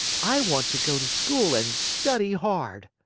i want to go to school and study hard.